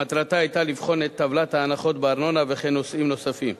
שמטרתה היתה לבחון את טבלת ההנחות בארנונה וכן נושאים נוספים.